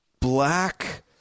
black